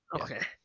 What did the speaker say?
Okay